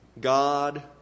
God